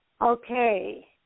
Okay